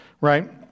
right